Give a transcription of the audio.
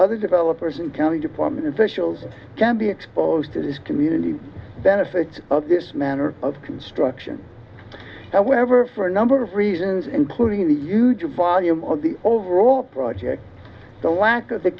other developers and county department officials can be exposed to this community benefit of this manner of construction however for a number of reasons including the huge volume of the overall project the lack of the